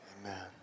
Amen